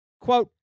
Quote